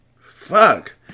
Fuck